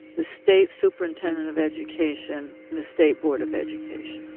the state superintendent of education and the state board of education